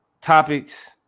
topics